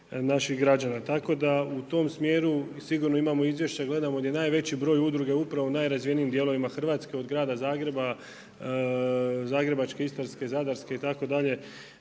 naših građana. Tako da u tom smjeru i sigurno imamo izvješća i gledamo gdje najveći broj udruge upravo u najrazvijenijim dijelovima Hrvatske od grada Zagreba, Zagrebačke, Istarske, Zadarske itd.,